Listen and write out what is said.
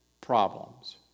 problems